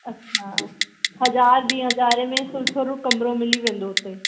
अच्छा हज़ार ॿी हज़ारे में सु सुठो कमिरो मिली वेंदो हुते